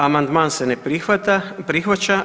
Amandman se ne prihvaća.